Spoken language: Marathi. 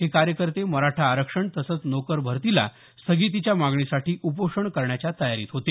हे कार्यकर्ते मराठा आरक्षण तसंच नोकर भरतीला स्थगितीच्या मागणीसाठी उपोषण करण्याच्या तयारीत होते